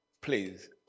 Please